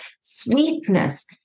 sweetness